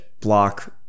Block